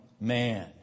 man